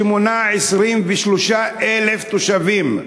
שמונה 23,000 תושבים.